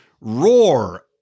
ROAR